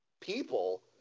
people